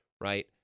right